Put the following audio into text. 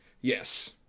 Yes